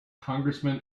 congressman